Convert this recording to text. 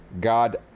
God